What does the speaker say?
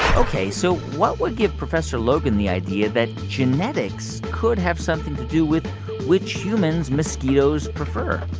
ok. so what would give professor logan the idea that genetics could have something to do with which humans mosquitoes prefer?